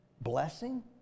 blessing